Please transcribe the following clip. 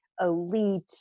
elite